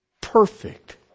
perfect